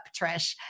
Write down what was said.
Trish